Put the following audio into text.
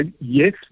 Yes